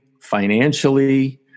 financially